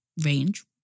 range